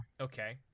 Okay